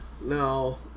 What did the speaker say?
No